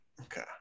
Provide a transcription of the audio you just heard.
okay